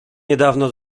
niedawno